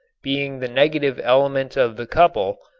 being the negative element of the couple,